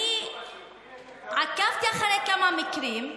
אני עקבתי אחרי כמה מקרים.